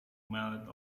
mallet